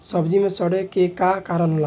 सब्जी में सड़े के का कारण होला?